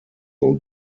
und